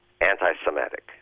anti-Semitic